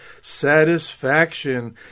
satisfaction